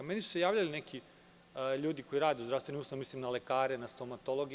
Meni su se javljali neki ljudi koji rade u zdravstvenim ustanovama, mislim na lekare i na stomatologe.